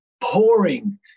pouring